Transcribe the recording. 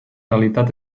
realitat